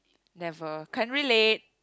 never can't relate